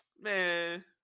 Man